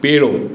पेड़ो